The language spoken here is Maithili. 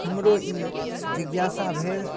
हमरो ई जिज्ञासा भेल